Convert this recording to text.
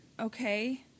Okay